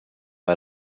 out